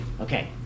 Okay